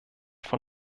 von